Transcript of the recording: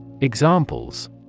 Examples